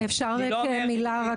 אפשר להגיד מילה?